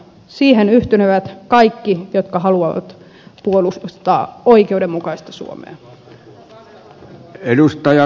siihen yhtynevät kaikki jotka haluavat puolustaa oikeudenmukaista suomea